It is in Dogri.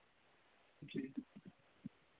जी